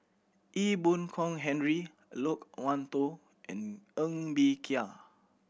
Ee Boon Kong Henry Loke Wan Tho and Ng Bee Kia